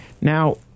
now